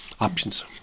options